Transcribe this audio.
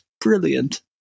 brilliant